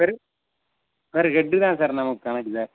per per head தான் sir நமக்கு கணக்கு சார்